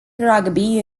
rugby